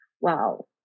wow